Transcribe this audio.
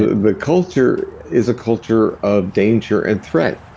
the culture is a culture of danger and threat,